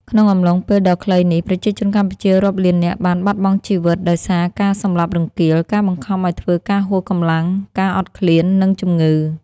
ក្នុងអំឡុងពេលដ៏ខ្លីនេះ ប្រជាជនកម្ពុជារាប់លាននាក់បានបាត់បង់ជីវិតដោយសារការសម្លាប់រង្គាល ការបង្ខំឱ្យធ្វើការហួសកម្លាំង ការអត់ឃ្លាន និងជំងឺ។